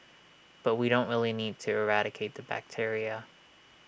but we don't really need to eradicate the bacteria